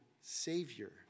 Savior